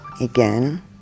again